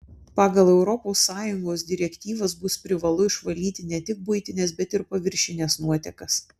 pagal europos sąjungos direktyvas bus privalu išvalyti ne tik buitines bet ir paviršines nuotekas